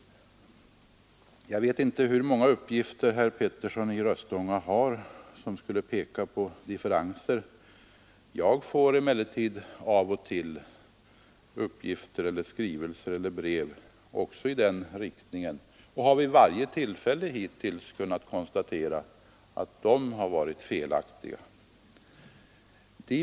Jag vet inte hur många uppgifter herr Petersson har som skulle peka på differenser. Jag får emellertid av och till uppgifter och brev som också går i denna riktning, och jag har vid varje tillfälle hittills kunnat konstatera att de har varit felaktiga.